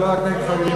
ולא רק נגד חרדים.